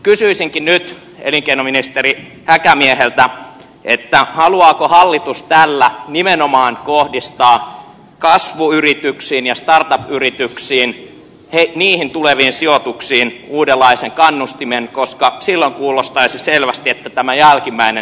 kysyisinkin nyt elinkeinoministeri häkämieheltä haluaako hallitus tällä nimenomaan kohdistaa kasvuyrityksiin ja start up yrityksiin tuleviin sijoituksiin uudenlaisen kannustimen koska silloin kuulostaisi selvästi että tämä jälkimmäinen olisi tehokkaampi keino